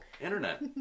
Internet